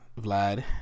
Vlad